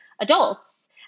adults